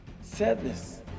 Sadness